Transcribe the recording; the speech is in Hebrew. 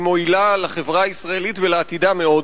מועילה מאוד לחברה הישראלית ולעתידה.